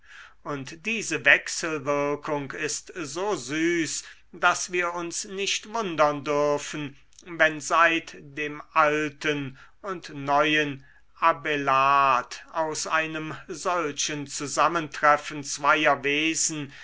und diese wechselwirkung ist so süß daß wir uns nicht wundern dürfen wenn seit dem alten und neuen abälard aus einem solchen zusammentreffen zweier wesen